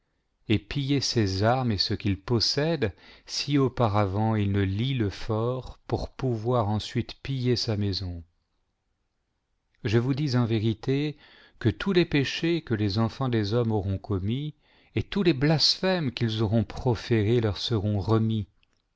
et piller ses armes et ce qu'il possède si auparavant il ne lie le fort pour pouvoir ensuite piller sa maison je vous dis en vérité que tous les péchés que les enfants des hommes auront commis et tous les blasphèmes qu'ils auront proférés leur seront remis